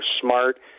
smart